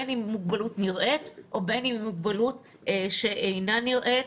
בין אם היא מוגבלות נראית ובין אם היא מוגבלות שאינה נראית.